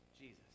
Jesus